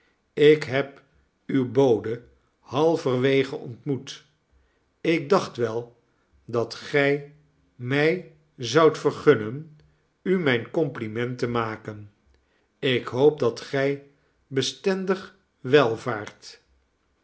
ik heb uw bode halverwege ontmoet ik dacht wel dat gij mij zoudt vergunnen u mijn compliment te maken ik hoop dat gij bestendig welvaart